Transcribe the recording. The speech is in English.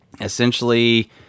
Essentially